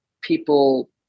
people